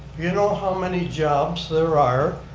you know how many jobs there are?